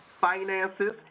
finances